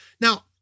now